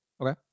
Okay